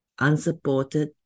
unsupported